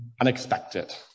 unexpected